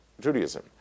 Judaism